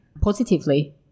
Positively